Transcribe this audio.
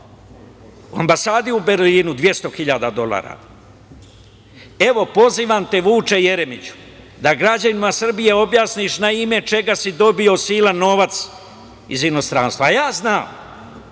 ambasade u Berlinu 200.000 dolara. Evo, pozivam te, Vuče Jeremiću, da građanima Srbije objasniš na ime čega si dobio silan novac iz inostranstva, a ja znam